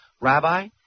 Rabbi